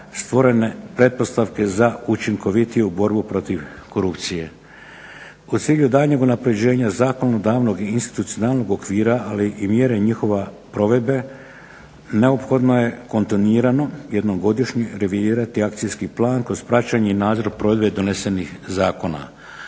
stvorene pretpostavke za učinkovitiju borbu protiv korupcije. U cilju daljnjeg unapređenja zakonodavnog i institucionalnog okvira, ali i mjere i njihove provedbe neophodno je kontinuirano jednom godišnje revidirati akcijski plan kroz praćenje i nadzor provedbe donesenih zakona.